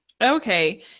Okay